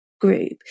group